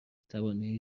توانایی